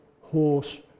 horse